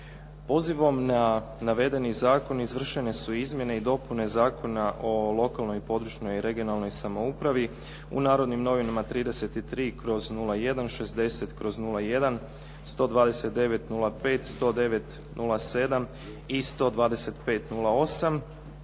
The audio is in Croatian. Pozivom na navedeni zakon izvršene su izmjene i dopune Zakona o lokalnoj i područnoj i regionalnoj samoupravi u “Narodnim novinama“ 33/01., 60/01., 129/05., 109/07. i 125/08.